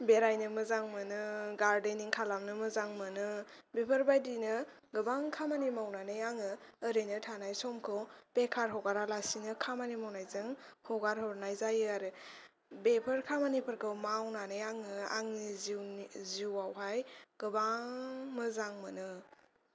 बेरायनो मोजां मोनो गार्डेनिं खालामनो मोजां मोनो बेफोरबायदिनो गोबां खामानि मावनानै आङो ओरैनो थानाय समखौ बेकार हगारालासिनो खामानि मावनायजों हगार हरनाय जायो आरो बेफोर खामानिफोरखौ मावनानै आङो आंनि जिउनि जिवावहाय गोबां मोजां मोनो